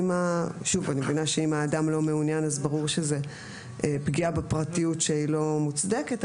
אם האדם לא מעוניין ברור שזוהי פגיעה בפרטיות שהיא לא מוצדקת,